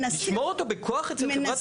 נשמור אותו בכוח אצל חברת התשלומים?